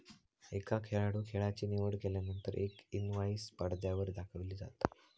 एका खेळाडूं खेळाची निवड केल्यानंतर एक इनवाईस पडद्यावर दाखविला जाता